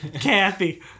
Kathy